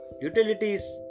utilities